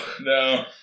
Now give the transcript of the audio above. No